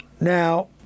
Now